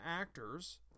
actors